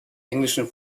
englischen